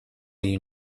you